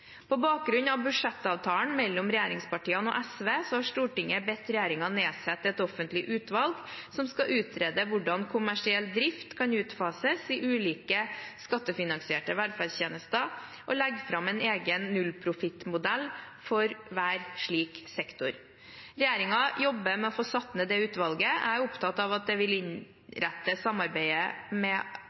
På bakgrunn av budsjettavtalen mellom regjeringspartiene og SV har Stortinget bedt regjeringen nedsette et offentlig utvalg som skal utrede hvordan kommersiell drift kan utfases i ulike skattefinansierte velferdstjenester, og legge fram en egen nullprofittmodell for hver slik sektor. Regjeringen jobber med å få satt ned dette utvalget. Jeg er opptatt av at det vil innrette samarbeidet med